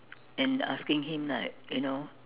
and asking him like you know